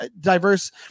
diverse